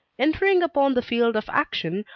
entering upon the field of action,